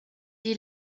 die